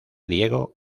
diego